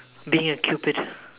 being a cupid